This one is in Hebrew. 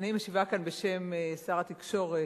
אני משיבה כאן בשם שר התקשורת,